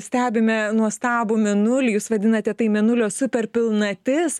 stebime nuostabų mėnulį jūs vadinate tai mėnulio super pilnatis